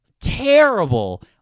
terrible